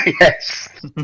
Yes